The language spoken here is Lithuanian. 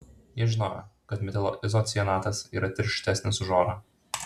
jie žinojo kad metilo izocianatas yra tirštesnis už orą